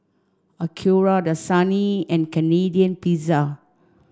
Acura Dasani and Canadian Pizza